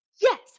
yes